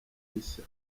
gishya